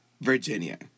Virginia